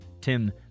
Tim